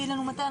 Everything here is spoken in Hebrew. אני